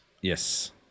Yes